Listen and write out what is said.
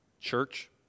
church